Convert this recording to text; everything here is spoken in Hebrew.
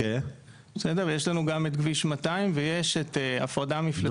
יש לנו גם את כביש 200 ויש את ההפרדה המפלסית.